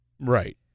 Right